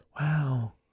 Wow